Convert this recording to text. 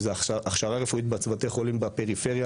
שזה הכשרה רפואית בצוותים הרפואיים בפריפריה,